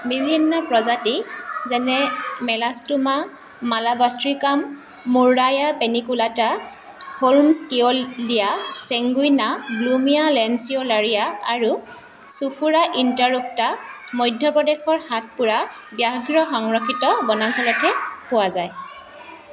বিভিন্ন প্ৰজাতি যেনে Melastoma malabathricum Murraya paniculata Holmskioldia sanguinea Blumea lanceolaria আৰু ছোফোৰা ইণ্টাৰুপ্তা মধ্য প্ৰদেশৰ সাতপুৰা ব্যাঘ্ৰ সংৰক্ষিত বনাঞ্চলতহে পোৱা যায়